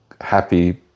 happy